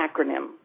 acronym